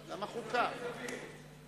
ריבית מיוחדת),